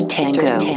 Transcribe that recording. Tango